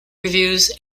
reviews